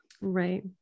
right